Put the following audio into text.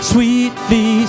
Sweetly